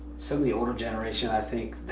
so the older generation i think,